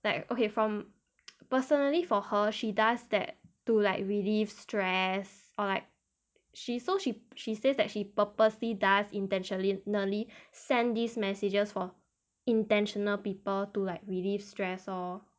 like okay from personally for her she does that to like relieve stress or like she so she she says that she purposely does intentionally send these messages for intentional people to like relieve stress lor